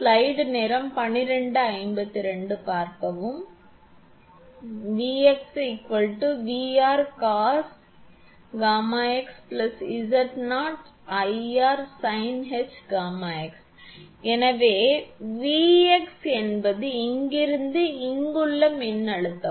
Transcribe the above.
𝑉𝑥 𝑉𝑟 cosh𝛾𝑥 𝑍𝑜𝐼𝑟 sinh𝛾𝑥 எனவே Vx என்பது இங்கிருந்து இங்குள்ள மின்னழுத்தம்